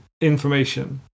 information